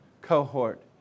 cohort